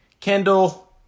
Kendall